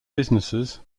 businesses